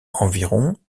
environ